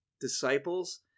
disciples